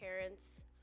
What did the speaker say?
parents